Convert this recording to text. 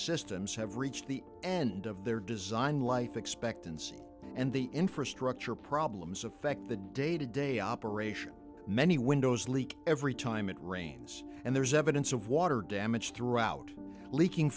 systems have reached the end of their design life expectancy and the infrastructure problems affect the day to day operation many windows leak every time it rains and there's evidence of water damage throughout leaking